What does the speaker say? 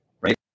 right